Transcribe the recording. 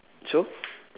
so